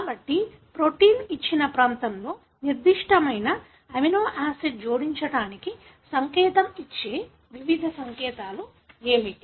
కాబట్టి ప్రోటీన్ ఇచ్చిన ప్రాంతంలో నిర్దిష్టమైన అమినోయాసిడ్ జోడించబడటానికి సంకేతం ఇచ్చే వివిధ సంకేతాలు ఏమిటి